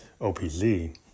OPZ